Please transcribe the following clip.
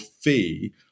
fee